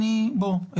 בוא,